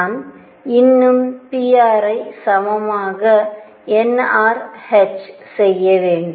நான் இன்னும் prஐக்கு சமமாக nr hசெய்ய வேண்டும்